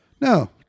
No